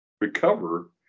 recover